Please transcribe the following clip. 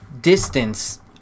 distance